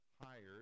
hired